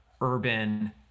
urban